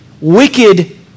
wicked